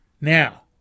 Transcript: Now